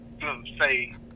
say